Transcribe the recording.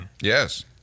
Yes